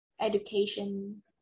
education